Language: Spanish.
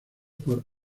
por